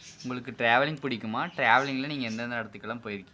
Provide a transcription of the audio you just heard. உங்களுக்கு ட்ரேவலிங் பிடிக்குமா ட்ரேவலிங்கில் நீங்கள் எந்தெந்த இடத்துக்கெலாம் போயிருக்கீங்க